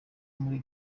muri